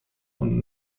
und